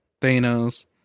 Thanos